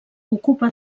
ocupa